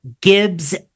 Gibbs